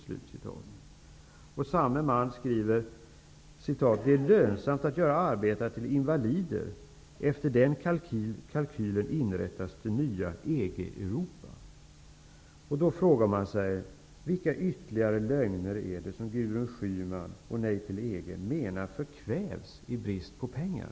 Vidare skriver samme man: ''Det är lönsamt att göra arbetare till invalider. Efter den kalkylen inrättas det nya EG-Europa.'' Då frågar man sig: Vilka ytterligare lögner är det som, enligt Gudrun Schyman och Nej till EG, förkvävs i brist på pengar?